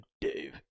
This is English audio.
Dave